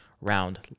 round